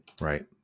right